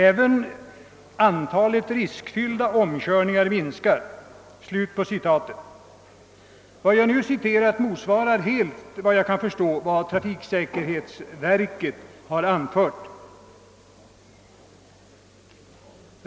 Även antalet riskfyllda omkörningar minskar.» Vad jag nu citerat motsvarar, vad jag kan förstå, helt vad trafiksäkerhetsverket har anfört.